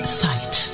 sight